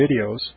videos